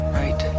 right